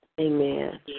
Amen